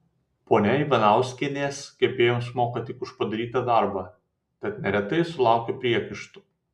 ponia ivanauskienės kepėjoms moka tik už padarytą darbą tad neretai sulaukia priekaištų